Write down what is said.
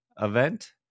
event